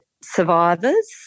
survivors